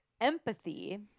empathy